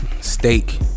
steak